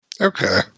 Okay